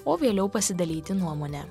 o vėliau pasidalyti nuomone